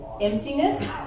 emptiness